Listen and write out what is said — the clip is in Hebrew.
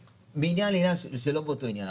מעניין לעניין שלא באותו עניין,